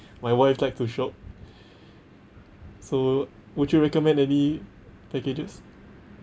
my wife likes to shop so would you recommend any packages